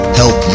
help